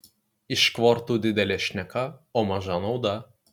iš kvortų didelė šneka o maža nauda